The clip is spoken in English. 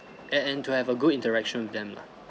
and and to have a good interaction with them lah